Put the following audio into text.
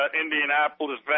Indianapolis